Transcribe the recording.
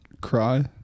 cry